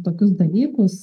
tokius dalykus